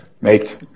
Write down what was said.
make